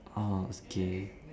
orh its K